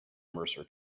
mercer